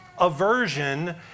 aversion